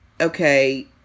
okay